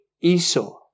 Esau